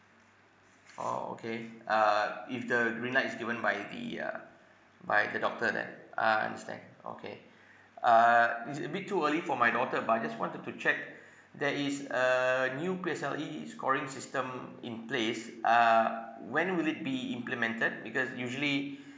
oh okay uh if the green light is given by the uh by the doctor then uh I understand okay err it's a bit too early for my daughter but I just wanted to check there is a new P_S_L_E scoring system in place uh when will it be implemented because usually